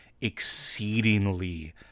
exceedingly